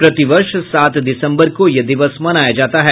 प्रतिवर्ष सात दिसम्बर को यह दिवस मनाया जाता है